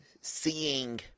seeing